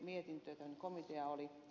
mietintö tai komitea oli